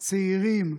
צעירים,